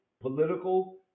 political